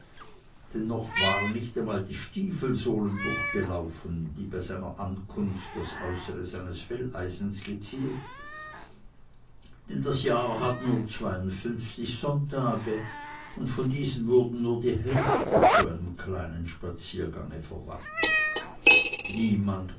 noch waren nicht einmal die stiefelsohlen durchgelaufen die bei seiner ankunft das äußere seines felleisens geziert denn das jahr hat nur zweiundfünfzig sonntage und von diesen wurde nur die hälfte zu einem kleiner spaziergange verwandt niemand